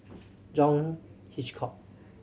John Hitchcock